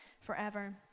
forever